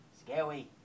scary